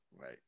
right